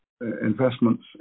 Investments